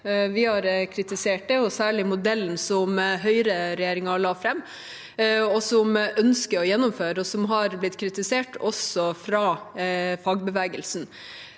Vi har kritisert det, og da særlig modellen som høyreregjeringen la fram, og som en ønsker å gjennomføre, og som har blitt kritisert også fra fagbevegelsen.